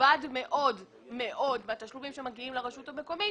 נכבד מאוד מן התשלומים שמגיעים לרשות המקומית